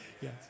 yes